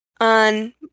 on